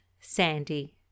Sandy